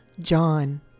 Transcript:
John